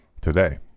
Today